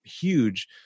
huge